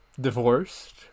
...divorced